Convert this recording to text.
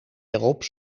erop